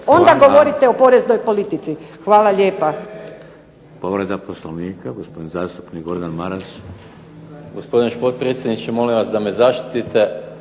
onda govorite o poreznoj politici. Hvala lijepa.